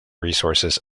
resources